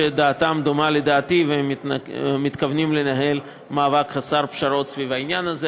שדעתם דומה לדעתי והם מתכוונים לנהל מאבק חסר פשרות בעניין הזה.